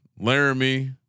Laramie